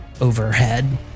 overhead